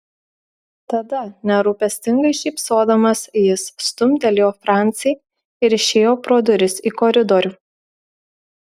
tada nerūpestingai šypsodamas jis stumtelėjo francį ir išėjo pro duris į koridorių